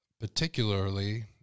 Particularly